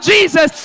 Jesus